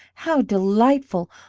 how delightful!